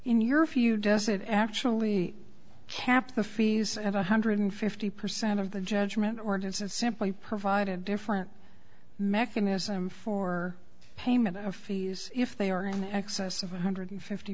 in your view does it actually kept the fees at one hundred fifty percent of the judgment or does it simply provide a different mechanism for payment of fees if they are in excess of one hundred fifty